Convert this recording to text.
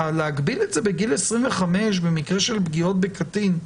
להגביל את זה בגיל 25 במקרה של פגיעות בקטין,